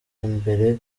mbere